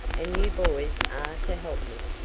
and you boys are to help me.